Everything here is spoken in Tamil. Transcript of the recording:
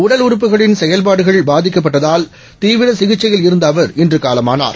உடல்உறுப் புகளின்செயல்பாடுபாதிக்கப்பட்டதால் தீவிரசிகிச்சையில்இருந்தஅவர்இன்றுகாலமானார்